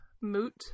moot